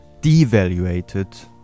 devaluated